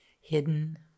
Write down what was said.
hidden